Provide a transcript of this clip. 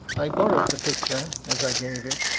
i borrowed the picture, as i gave it,